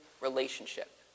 relationship